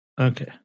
Okay